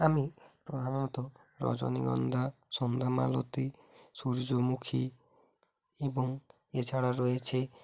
আমি প্রধানত রজনীগন্ধা সন্ধ্যামালতি সূর্যমুখী এবং এছাড়া রয়েছে